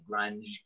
grunge